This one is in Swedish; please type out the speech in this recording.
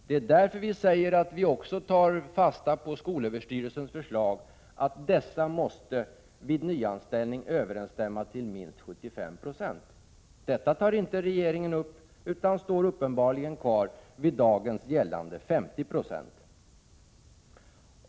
Det är därför vi också tar fasta på skolöverstyrelsens förslag om att lärarnas utbildning vid nyanställning måste överensstämma till minst 75 96. Detta tar inte regeringen upp utan står uppenbarligen kvar vid dagens gällande 50 96.